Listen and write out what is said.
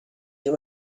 you